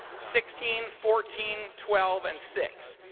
sixteen, fourteen, twelve, and six.